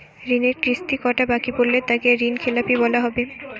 ঋণের কিস্তি কটা বাকি পড়লে তাকে ঋণখেলাপি বলা হবে?